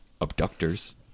abductors